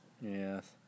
Yes